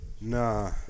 nah